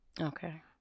Okay